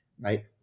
right